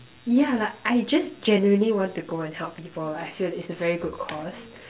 yeah like I just genuinely want to go and help people I feel that it's a very good cause